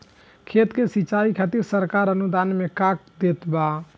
खेत के सिचाई खातिर सरकार अनुदान में का देत बा?